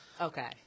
Okay